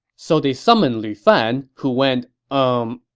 so they summoned lu fan, who went, umm,